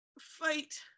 fight